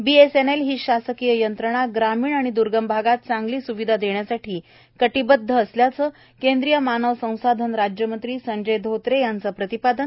BSNL ही शासकीय यंत्रणा ग्रामीण व द्र्गम भागात चांगली स्विधा देण्यासाठी कटीबद्ध केन्द्रीय मानव संसाधन राज्यमंत्री संजय धोत्रे यांच प्रतिपादन